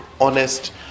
honest